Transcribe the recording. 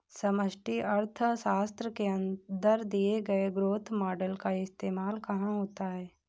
समष्टि अर्थशास्त्र के अंदर दिए गए ग्रोथ मॉडेल का इस्तेमाल कहाँ होता है?